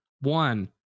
one